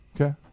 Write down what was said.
Okay